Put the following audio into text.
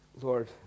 Lord